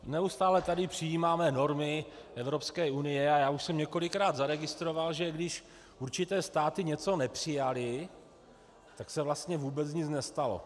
Neustále tady přijímáme normy Evropské unie a já už jsem několikrát zaregistroval, že když určité státy něco nepřijaly, tak se vlastně vůbec nic nestalo.